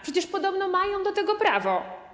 Przecież podobno mają do tego prawo.